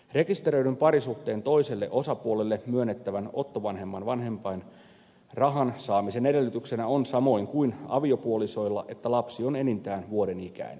rekisteröidyn parisuhteen toiselle osapuolelle myönnettävän ottovanhemman vanhempainrahan saamisen edellytyksenä on samoin kuin aviopuolisoilla että lapsi on enintään vuoden ikäinen